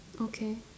okay